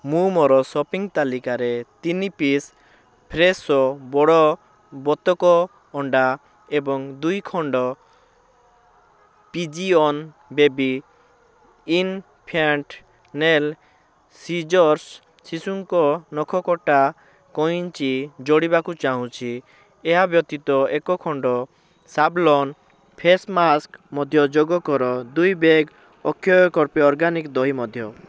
ମୁଁ ମୋର ଶପିଙ୍ଗ ତାଲିକାରେ ତିନି ପିସ୍ ଫ୍ରେଶୋ ବଡ଼ ବତକ ଅଣ୍ଡା ଏବଂ ଦୁଇ ଖଣ୍ଡ Pigeon baby infant nail scissors ଶିଶୁଙ୍କ ନଖ କଟା କଇଁଚି ଯୋଡ଼ିବାକୁ ଚାହୁଁଛି ଏହା ବ୍ୟତୀତ ଏକ ଖଣ୍ଡ ସ୍ୟାଭଲନ୍ ଫେସ୍ ମାସ୍କ ମଧ୍ୟ ଯୋଗ କର ଦୁଇ ବ୍ୟାଗ୍ ଅକ୍ଷୟକର୍ପି ଅର୍ଗାନିକ୍ ଦହି ମଧ୍ୟ